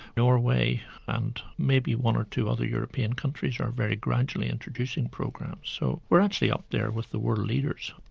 norway and maybe one or two other european countries are very gradually introducing programs. so we're actually up there with the world leaders.